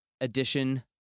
edition